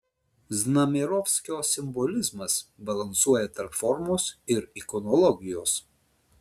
znamierovskio simbolizmas balansuoja tarp formos ir ikonologijos